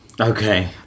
Okay